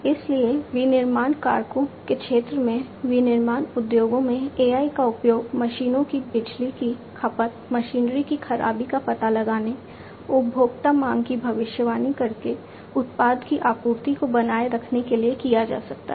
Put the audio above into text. इसलिए विनिर्माण कारकों के क्षेत्र में विनिर्माण उद्योगों में AI का उपयोग मशीनों की बिजली की खपत मशीनरी की खराबी का पता लगाने उपभोक्ता मांग की भविष्यवाणी करके उत्पाद की आपूर्ति को बनाए रखने के लिए किया जा सकता है